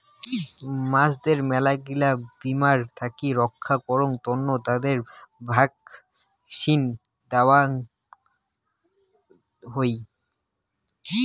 মাছদের মেলাগিলা বীমার থাকি রক্ষা করাং তন্ন তাদের ভ্যাকসিন দেওয়ত হই